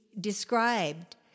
described